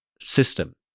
system